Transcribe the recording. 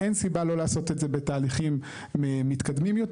אין סיבה לא לעשות את זה בתהליכים מתקדמים יותר.